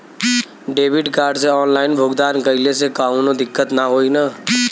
Debit card से online भुगतान कइले से काउनो दिक्कत ना होई न?